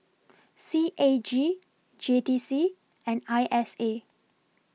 C A G J T C and I S A